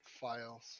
Files